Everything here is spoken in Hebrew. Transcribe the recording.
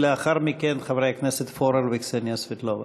ולאחר מכן, חברי הכנסת פורר וקסניה סבטלובה.